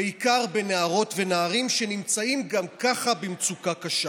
בעיקר בנערות ונערים, שנמצאים גם ככה במצוקה קשה.